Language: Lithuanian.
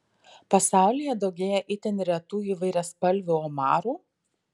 pasaulyje daugėja itin retų įvairiaspalvių omarų